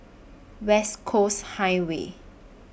West Coast Highway